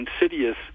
insidious